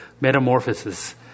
metamorphosis